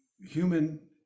human